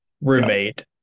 roommate